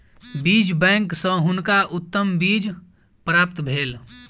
बीज बैंक सॅ हुनका उत्तम बीज प्राप्त भेल